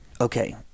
okay